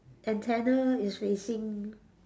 antenna is facing